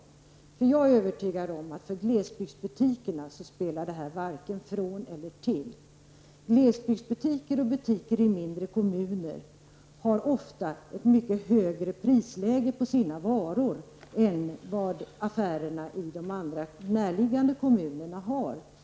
Jag är nämligen övertygad om att det skulle göra varken till eller från för glesbygdsbutikernas del. Glesbygdsbutiker och butiker i mindre kommuner har ofta mycket högre priser på sina varor än vad affärer i närliggande kommuner har.